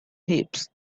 heaps